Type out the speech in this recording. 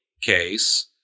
case